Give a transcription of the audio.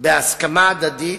בהסכמה הדדית